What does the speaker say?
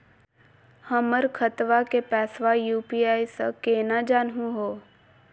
हमर खतवा के पैसवा यू.पी.आई स केना जानहु हो?